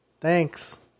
thanks